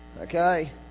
Okay